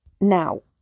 Now